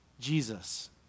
Jesus